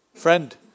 Friend